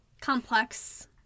complex